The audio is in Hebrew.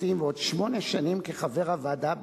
לשופטים ועוד שמונה שנים כחבר הוועדה,